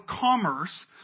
commerce